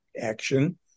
action